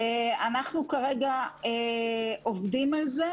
אנחנו כרגע עובדים על זה.